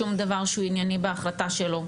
שום דבר שהוא ענייני בהחלטה שלו,